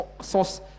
source